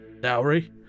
Dowry